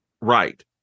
Right